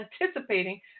anticipating